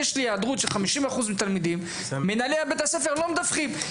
יש לי היעדרות של 50% תלמידים ומנהלי בתי הספר לא מדווחים.